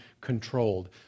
controlled